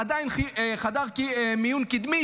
שעדיין חדר מיון קדמי,